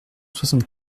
soixante